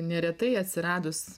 neretai atsiradus